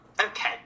Okay